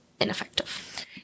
ineffective